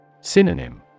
Synonym